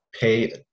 pay